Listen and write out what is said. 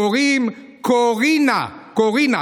קוראים "קו-רינה" קורינה,